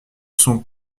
sont